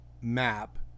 map